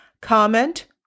comment